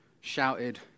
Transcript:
shouted